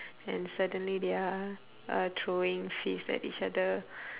and suddenly they are uh throwing fists at each other